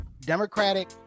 Democratic